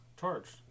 Charged